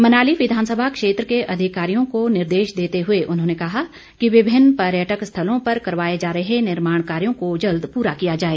मनाली विधानसभा क्षेत्र के अधिकारियों को निर्देश देते हुए उन्होंने कहा कि विभिन्न पर्यटक स्थलों पर करवाए जा रहे निर्माण कार्यों को जल्द पूरा किया जाए